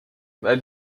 weil